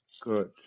Good